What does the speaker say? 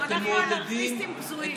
אנחנו אנרכיסטים בזויים.